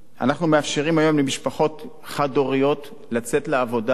אנחנו מאפשרים היום לחד-הוריות לצאת לעבודה.